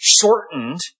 shortened